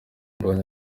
mbonyi